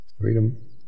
Freedom